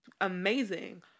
Amazing